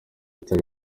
utari